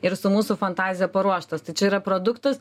ir su mūsų fantazija paruoštas tai čia yra produktas